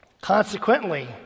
Consequently